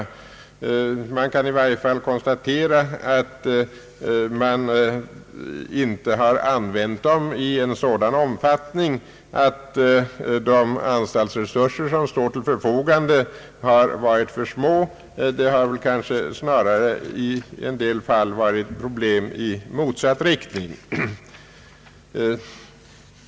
Det kan i varje fall konstateras att man inte har använt dem i sådan omfattning att de anstaltsresurser som står till förfogande har varit för små. Det har kanske snarare i en del fall varit problem i motsatt riktning.